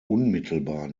unmittelbar